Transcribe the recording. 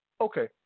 Okay